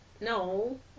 no